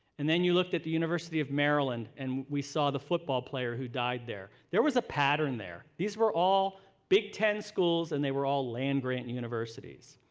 and then you look at the university of maryland and we saw the football player who died there. there was a pattern there. these were all big ten schools and they were all land-grant and universities.